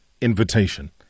invitation